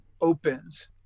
opens